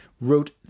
wrote